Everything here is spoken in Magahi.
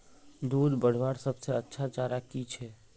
दूध बढ़वार सबसे अच्छा चारा की छे?